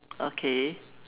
okay